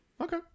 Okay